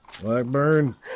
Blackburn